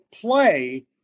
play